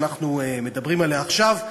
שאנחנו מדברים עליה עכשיו,